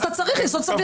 אתה צריך יסוד סביר.